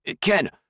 Ken